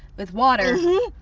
with water.